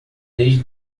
desde